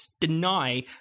deny